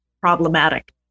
problematic